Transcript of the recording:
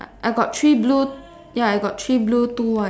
I I got three blue ya I got three blue two white